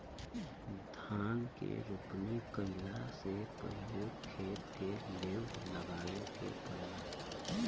धान के रोपनी कइला से पहिले खेत के लेव लगावे के पड़ेला